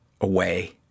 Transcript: away